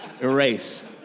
erase